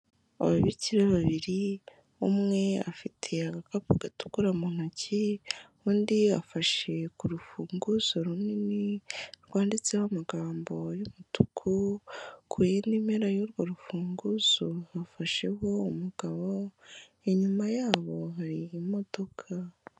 Ababikira babiri, umwe afite agakapu gatukura mu ntoki, undi afashe ku rufunguzo runini, rwanditseho amagambo y'umutuku, ku yindi impera y'urwo rufunguzo, bafasheho umugabo, inyuma yabo hari imodoka.